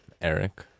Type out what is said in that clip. Eric